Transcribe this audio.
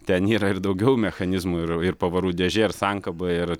ten yra ir daugiau mechanizmų ir ir pavarų dėžė ir sankaba ir